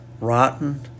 rotten